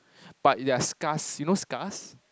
but they are scars you know scars